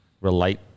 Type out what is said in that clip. relate